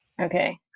Okay